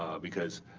because